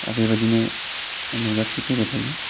बेबायदिनो नुजाथि फैबाय थायो